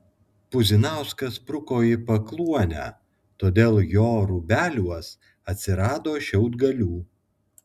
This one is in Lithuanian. puzinauskas spruko į pakluonę todėl jo rūbeliuos atsirado šiaudgalių